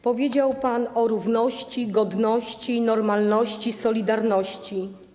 Powiedział pan o równości, godności, normalności, solidarności.